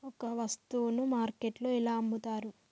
ఒక వస్తువును మార్కెట్లో ఎలా అమ్ముతరు?